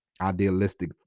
idealistic